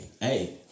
hey